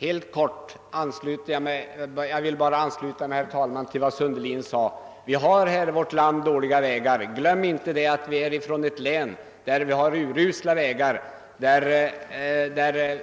Bara helt kort, herr talman! Jag vill ansluta mig till var herr Sundelin här sade. Vi har dåliga vägar i vårt land. Glöm inte att vi kommer från ett län där vi har urusla vägar, där